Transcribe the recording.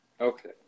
Okay